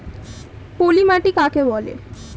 পলি মাটি কাকে বলে?